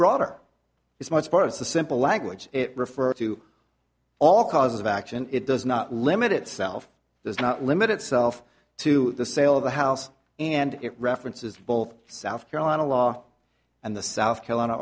broader is much part of the simple language it refers to all causes of action it does not limit itself does not limit itself to the sale of the house and it references both south carolina law and the south carolina